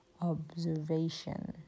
observation